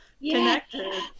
connected